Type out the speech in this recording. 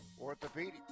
Orthopedic